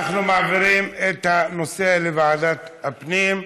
אנחנו מעבירים את הנושא לוועדת הפנים.